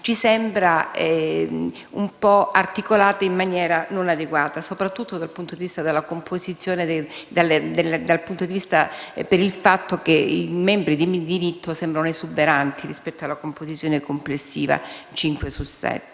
ci sembra articolata in maniera non adeguata, soprattutto per il fatto che i membri di diritto sembrano esuberanti rispetto alla composizione complessiva (cinque